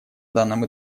данном